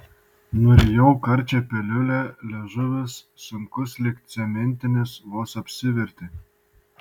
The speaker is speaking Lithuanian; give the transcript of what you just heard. nurijau karčią piliulę liežuvis sunkus lyg cementinis vos apsivertė